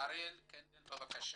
אריאל קנדל בבקשה.